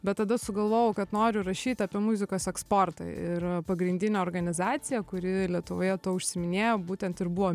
bet tada sugalvojau kad noriu rašyt apie muzikos eksportą ir pagrindinė organizacija kuri lietuvoje tuo užsiiminėjo būtent ir buvo